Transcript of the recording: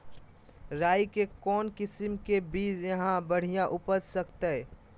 राई के कौन किसिम के बिज यहा बड़िया उपज करते?